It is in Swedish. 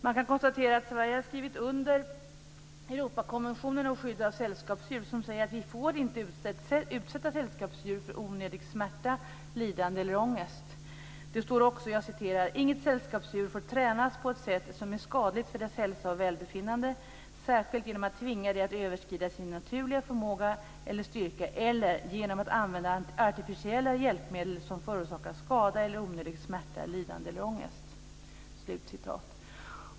Man kan konstatera att Sverige har skrivit under Europakonventionen om skydd av sällskapsdjur, som säger att vi inte får utsätta sällskapsdjur för onödig smärta, lidande eller ångest. Där sägs också: "Inget sällskapsdjur får tränas på ett sätt som är skadligt för dess hälsa och välbefinnande, särskilt genom att tvinga det att överskrida sin naturliga förmåga eller styrka eller genom att använda artificiella hjälpmedel som förorsakar skada eller onödig smärta, lidande eller ångest."